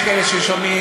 יש כאלה ששומעים,